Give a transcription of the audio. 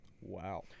Wow